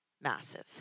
massive